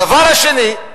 הדבר השני,